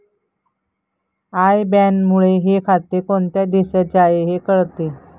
I बॅनमुळे हे खाते कोणत्या देशाचे आहे हे कळते